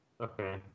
Okay